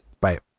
bye